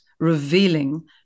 revealing